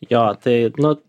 jo tai nu